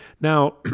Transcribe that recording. Now